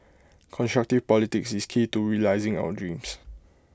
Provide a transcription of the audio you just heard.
constructive politics is key to realising our dreams